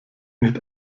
nicht